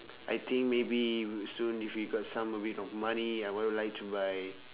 I think maybe soon if we got some a bit of money I will like to buy